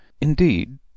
indeed